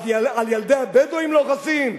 אז על ילדי הבדואים לא חסים,